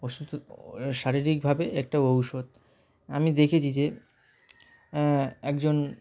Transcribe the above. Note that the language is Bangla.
অসুস্থ শারীরিকভাবে একটা ঔষধ আমি দেখেছি যে একজন